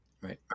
Right